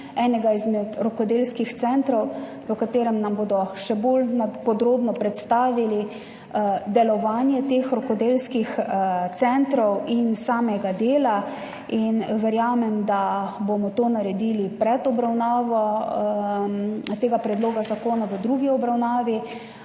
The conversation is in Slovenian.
enega izmed rokodelskih centrov, v katerem nam bodo še bolj podrobno predstavili delovanje teh rokodelskih centrov in samega dela. Verjamem, da bomo to naredili pred obravnavo tega predloga zakona v drugi obravnavi,